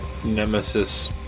Nemesis